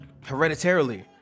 hereditarily